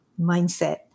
mindset